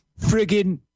friggin